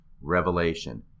revelation